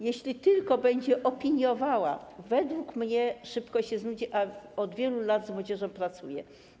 Jeśli rada będzie tylko opiniowała, według mnie szybko się znudzi, a od wielu lat z młodzieżą pracuję.